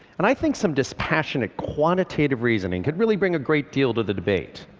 and i think some dispassionate, quantitative reasoning could really bring a great deal to the debate.